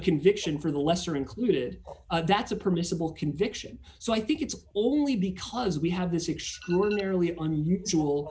conviction for the lesser included that's a permissible conviction so i think it's only because we have this extraordinarily